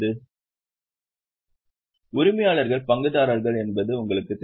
எனவே உரிமையாளர்கள் பங்குதாரர்கள் என்பது உங்களுக்குத் தெரியும்